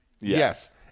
Yes